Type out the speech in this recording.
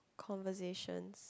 conversations